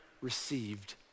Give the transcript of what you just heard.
received